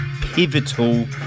pivotal